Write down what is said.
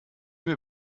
mir